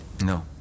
No